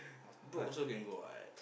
a~ bro also can go what